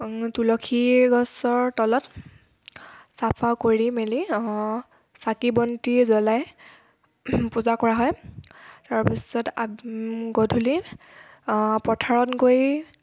তুলসী গছৰ তলত চাফা কৰি মেলি চাকি বন্তি জ্ৱলাই পূজা কৰা হয় তাৰপিছত আব গধূলি পথাৰত গৈ